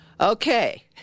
Okay